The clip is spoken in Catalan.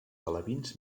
alevins